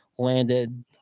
landed